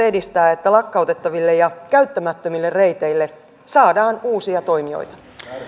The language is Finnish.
edistää sitä että lakkautettaville ja käyttämättömille reiteille saadaan uusia toimijoita